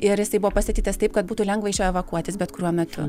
ir jisai buvo pastatytas taip kad būtų lengva iš jo evakuotis bet kuriuo metu